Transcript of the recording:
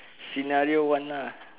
scenario one lah